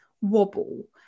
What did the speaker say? wobble